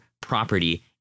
property